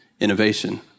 innovation